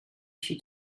she